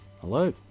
hello